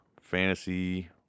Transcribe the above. fantasy